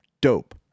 dope